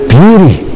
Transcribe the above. beauty